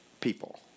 people